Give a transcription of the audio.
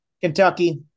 Kentucky